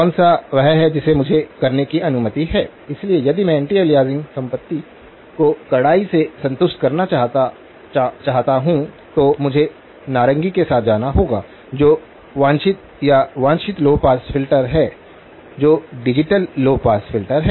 कौन सा वह है जिसे मुझे करने की अनुमति है इसलिए यदि मैं एंटी अलियासिंग संपत्ति को कड़ाई से संतुष्ट करना चाहता हूं तो मुझे नारंगी के साथ जाना होगा जो वांछित या वांछित लौ पास फ़िल्टर है जो डिजिटल लौ पास फ़िल्टर है